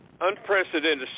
unprecedented